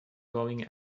going